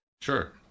Sure